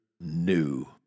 new